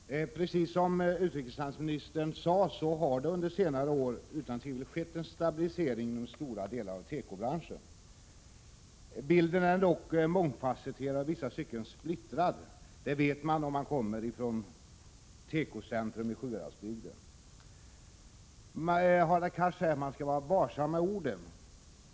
Fru talman! Precis som utrikeshandelsministern sade har det under senare år utan tvivel skett en stabilisering inom stora delar av tekobranschen. Bilden är dock mångfasetterad och i många stycken splittrad — det vet man när man som jag kommer från tekocentrum i Sjuhäradsbygden. Hadar Cars säger att man bör vara varsam med orden.